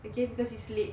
again because it's late